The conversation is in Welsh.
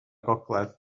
gogledd